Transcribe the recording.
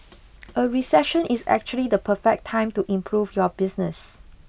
a recession is actually the perfect time to improve your business